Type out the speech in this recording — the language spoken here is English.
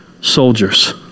soldiers